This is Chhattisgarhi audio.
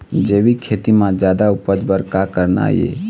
जैविक खेती म जादा उपज बर का करना ये?